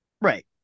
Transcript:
Right